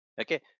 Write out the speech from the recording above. Okay